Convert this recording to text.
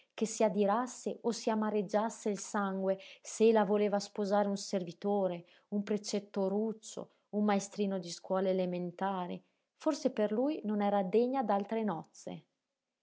che si adirasse o si amareggiasse il sangue se ella voleva sposare un servitore un precettoruccio un maestrino di scuole elementari forse per lui non era degna d'altre nozze